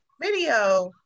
video